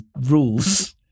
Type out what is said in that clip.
rules